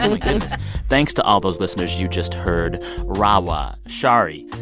and thanks to all those listeners you just heard rawha, shari,